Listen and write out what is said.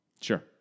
Sure